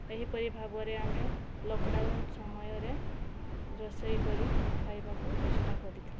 ଏହିପରି ଭାବରେ ଆମେ ଲକ୍ଡ଼ାଉନ୍ ସମୟରେ ରୋଷେଇ କରି ଖାଇବାକୁ ଚେଷ୍ଟା କରିଥିଲୁ